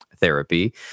therapy